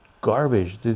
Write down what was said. garbage